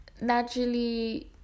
naturally